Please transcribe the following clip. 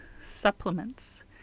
supplements